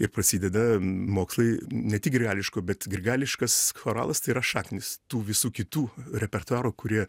ir prasideda mokslai ne tik grigališko bet grigališkas choralas tai yra šaknys tų visų kitų repertuarų kurie